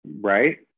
right